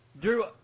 Drew